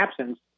absence